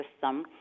system